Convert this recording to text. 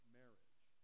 marriage